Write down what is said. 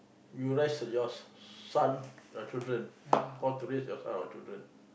you raise yours son your children how to raise your son or children